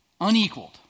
unequaled